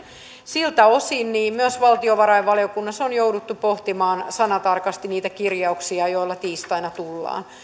siltä osin myös valtiovarainvaliokunnassa on jouduttu pohtimaan sanatarkasti niitä kirjauksia joilla tiistaina tullaan